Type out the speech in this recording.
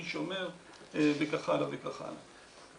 מי שומר וכך הלאה וכך הלאה.